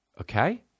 Okay